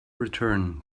return